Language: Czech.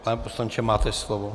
Pane poslanče, máte slovo.